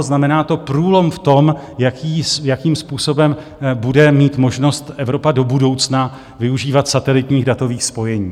Znamená to průlom v tom, jakým způsobem bude mít možnost Evropa do budoucna využívat satelitních datových spojení.